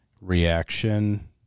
reaction